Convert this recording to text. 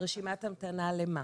רשימת המתנה למה?